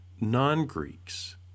non-Greeks